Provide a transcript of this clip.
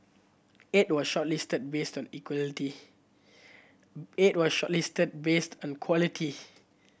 eight were shortlisted based on equality eight were shortlisted based on quality